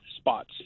Spots